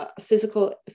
physical